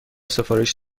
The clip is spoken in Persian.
سفارش